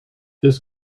this